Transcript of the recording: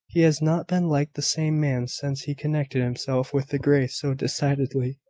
he has not been like the same man since he connected himself with the greys so decidedly.